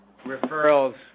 referrals